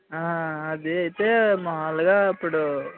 అది అయితే మామూలుగా ఇప్పుడు